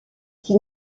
qui